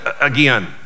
again